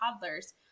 toddlers